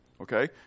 okay